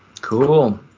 Cool